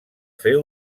fer